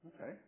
Okay